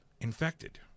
infected